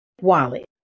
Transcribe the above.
wallet